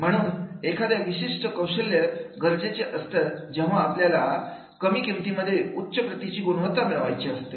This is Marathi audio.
म्हणून एखाद्या विशिष्ट कौशल्य गरजेचे असतं जेव्हा आपल्याला कमी किमतीमध्ये उच्च प्रतिची गुणवत्ता मिळवायचे असते